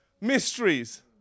mysteries